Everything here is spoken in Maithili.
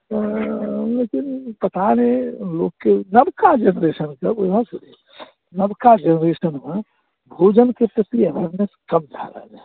तऽ लेकिन पता नहि लोककेँ नबका जेनरेशनके नबका जेनरेशनमे भोजनके प्रति अवारनेस कम भऽ रहलै हँ